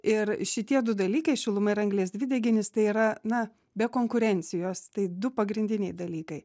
ir šitie du dalykai šiluma ir anglies dvideginis tai yra na be konkurencijos tai du pagrindiniai dalykai